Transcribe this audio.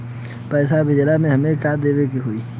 पैसा भेजे में हमे का का देवे के होई?